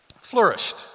flourished